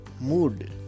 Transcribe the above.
mood